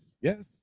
Yes